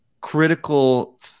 critical